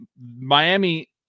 Miami